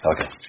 Okay